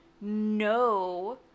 no